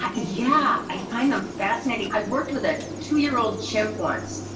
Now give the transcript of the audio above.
yeah, i find them fascinating. i worked with a two year old chimp once,